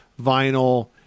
vinyl